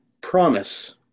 promise